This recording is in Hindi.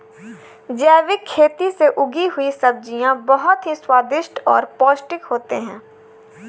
जैविक खेती से उगी हुई सब्जियां बहुत ही स्वादिष्ट और पौष्टिक होते हैं